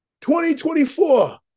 2024